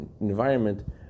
environment